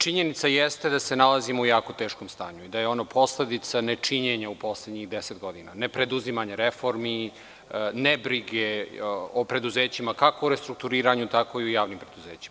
Činjenica jeste da se nalazimo u jako teškom stanju i da je ono posledica ne činjenja u poslednjih deset godina, ne preduzimanja reformi, ne brige o preduzećima kako u restrukturiranju, tako i u javnim preduzećima.